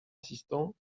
assistant